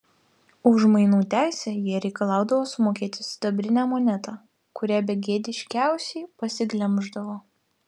už mainų teisę jie reikalaudavo sumokėti sidabrinę monetą kurią begėdiškiausiai pasiglemždavo